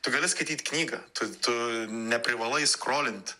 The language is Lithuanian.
tu gali skaityt knygą tu tu neprivalai skrolint